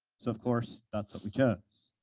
so of course, that's what we chose.